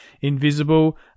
Invisible